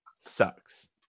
sucks